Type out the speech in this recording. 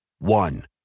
One